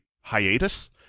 hiatus